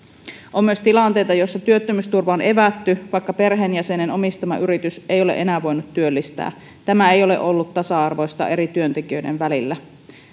on myös tilanteita joissa työttömyysturva on evätty vaikka perheenjäsenen omistama yritys ei ole enää voinut työllistää tämä ei ole ollut tasa arvoista eri työntekijöiden välillä